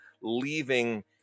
leaving